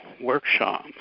Workshop